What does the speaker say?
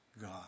God